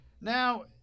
Now